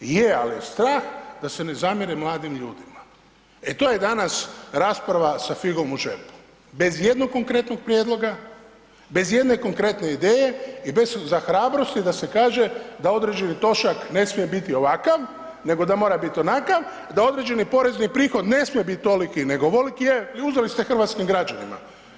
Je ali strah da se ne zamjere mladim ljudima, e to je danas rasprava sa figom u džepu, bez jednog konkretnog prijedloga, bez jedne konkretne ideje i bez hrabrosti da se kaže da određeni trošak ne smije biti ovakav, nego da mora biti onakav i da određeni porezni prihod ne smije biti toliki nego ovoliki i uzeli ste hrvatskim građanima.